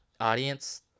Audience